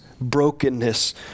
brokenness